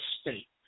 state